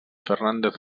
fernández